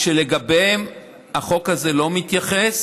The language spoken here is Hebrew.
לגביהן החוק הזה לא מתייחס.